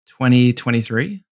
2023